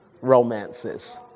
romances